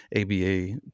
ABA